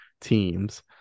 teams